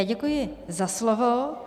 Děkuji za slovo.